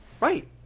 Right